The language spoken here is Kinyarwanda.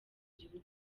gihugu